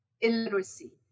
illiteracy